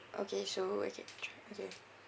okay so okay tr~ okay